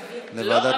אז ועדת הכנסת.